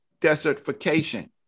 desertification